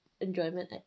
enjoyment